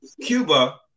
Cuba